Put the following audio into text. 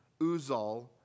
Uzal